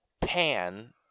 Pan